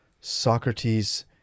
Socrates